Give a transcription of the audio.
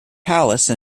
palace